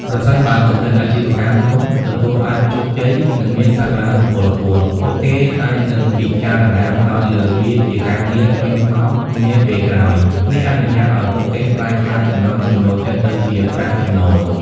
ប្រសិនបើគំនិតអាជីវកម្មនោះទទួលបានជោគជ័យ និងមានសក្តានុពលខ្ពស់ ពួកគេអាចនឹងពិចារណាផ្តោតលើវាជាការងារពេញម៉ោងនាពេលក្រោយ នេះអនុញ្ញាតឱ្យពួកគេប្រែក្លាយចំណង់ចំណូលចិត្តទៅជាប្រាក់ចំណូល។